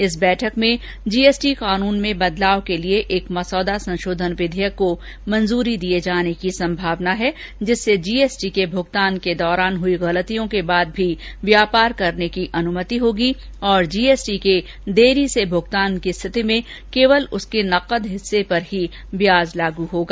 इस बैठक में जीएसटी कानून में बदलाव के लिए एक मसौदा संशोधन विधेयक को मंजूरी दिए जाने की संभावना है जिससे जीएसटी के भुगतान के दौरान हुई गलतियों के बाद भी व्यापार करने की अनुमति होगी और जीएसटी के देरी से भुगतान की स्थिति में केवल उसके नकद हिस्से पर ही ब्याज लागू होगा